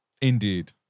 indeed